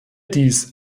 dies